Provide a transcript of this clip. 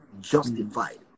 justified